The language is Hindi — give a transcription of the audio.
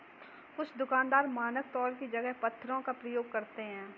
कुछ दुकानदार मानक तौल की जगह पत्थरों का प्रयोग करते हैं